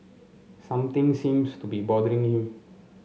something seems to be bothering him